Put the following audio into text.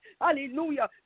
Hallelujah